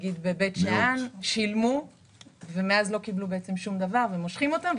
נגיד בבית שאן שילמו ומאז לא קיבלו שום דבר ומושכים אותם,